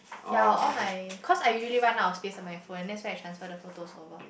ya all my cause I really run out of space of my phone and that's why I transfer the photos over